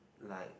like